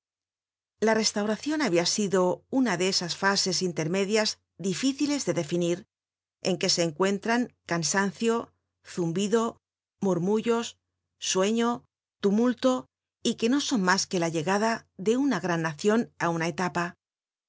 la restauracion habia sido una de esas fases intermedias difíciles de definir en que se encuentran cansancio zumbido murmullos sueño tumulto y que no son mas que la llegada de una gran nacion áuna etapa